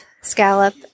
scallop